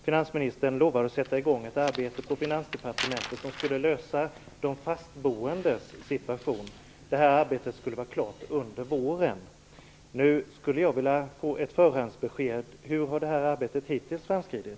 Finansministern lovade att sätta i gång ett arbete på Finansdepartementet som skulle lösa de fastboendes situation. Arbetet skulle vara klart under våren. Nu skulle jag vilja ha ett förhandsbesked. Hur har det här arbetet hittills framskridit?